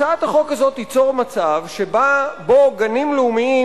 הצעת החוק הזאת תיצור מצב שבו גנים לאומיים